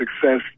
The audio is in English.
success